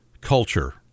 culture